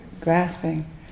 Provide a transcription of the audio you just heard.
grasping